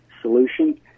solution